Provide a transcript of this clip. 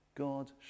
God